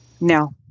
No